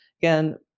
Again